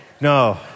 No